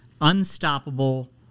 unstoppable